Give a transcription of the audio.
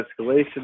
escalation